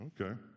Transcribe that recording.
Okay